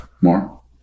More